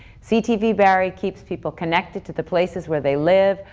ctv barrie keeps people connected to the places where they live,